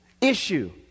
issue